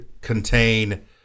contain